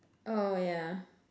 oh yeah